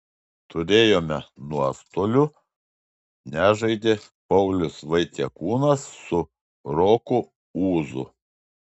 turėjome nuostolių nežaidė paulius vaitiekūnas su roku ūzu